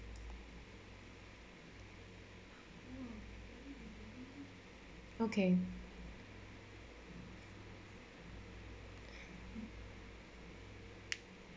okay